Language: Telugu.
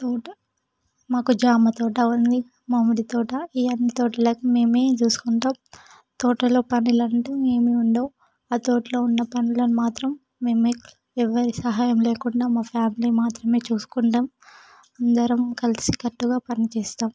తోట మాకు జామ తోట ఉంది మామిడి తోట ఈ అన్ని తోటలకు మేమే చూసుకుంటాము తోటలో పనులు అంటూ ఏమి ఉండవు ఆ తోటలో ఉన్న పనులను మాత్రం మేమే ఎవ్వరి సహాయం లేకుండా మా ఫ్యామిలీ మాత్రమే చూసుకుంటాం అందరం కలిసికట్టుగా పని చేస్తాము